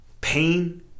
Pain